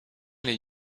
les